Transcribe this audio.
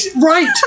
right